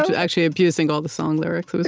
actually, abusing all the song lyrics. it was